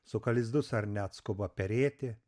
suka lizdus ar net skuba perėti